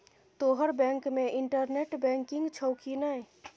तोहर बैंक मे internet banking छौ कि नै